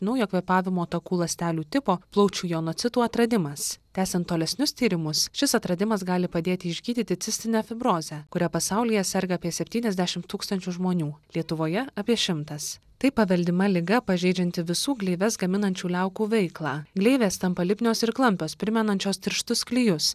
naujo kvėpavimo takų ląstelių tipo plaučių jonacitų atradimas tęsiant tolesnius tyrimus šis atradimas gali padėti išgydyti cistinę fibrozę kuria pasaulyje serga apie septyniasdešim tūkstančių žmonių lietuvoje apie šimtas tai paveldima liga pažeidžianti visų gleives gaminančių liaukų veiklą gleivės tampa lipnios ir klampios primenančios tirštus klijus